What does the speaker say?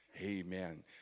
Amen